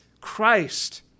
Christ